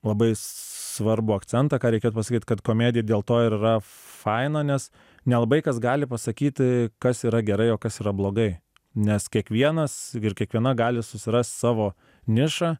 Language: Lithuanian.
labai svarbų akcentą ką reikėtų pasakyt kad komedija dėl to ir yra faina nes nelabai kas gali pasakyti kas yra gerai o kas yra blogai nes kiekvienas ir kiekviena gali susirast savo nišą